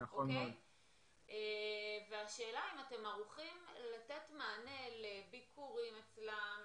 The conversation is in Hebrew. השאלה היא אם אתם ערוכים לתת מענה לביקורים אצלם,